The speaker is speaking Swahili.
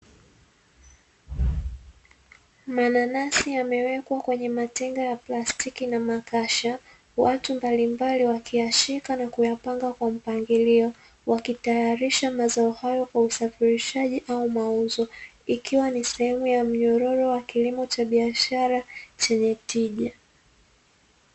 Mananasi yamewekwa kwenye matenga ya plastiki na makasha, watu mbalimbali, wakiyashika na kuyapanga kwa mpangilio wakitayarisha mazao hayo kwa usafirishaji au mauzo ikiwa ni sehemu ya mnyororo wa kilimo cha biashara chenye tija.